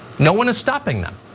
no one is stopping them.